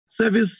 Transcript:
service